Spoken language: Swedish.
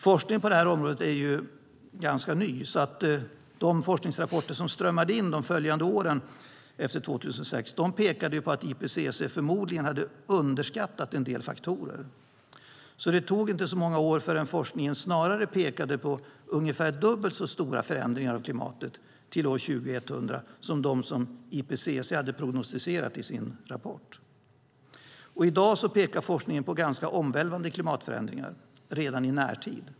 Forskningen på området är ganska ny, så de forskningsrapporter som strömmade in under de följande åren efter 2006 pekade på att IPCC förmodligen hade underskattat en del faktorer. Det tog inte så många år förrän forskningen snarare pekade på ungefär dubbelt så stora förändringar av klimatet till år 2100 som de förändringar som IPCC hade prognostiserat i sin rapport. I dag pekar forskningen på ganska omvälvande klimatförändringar redan i närtid.